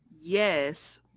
Yes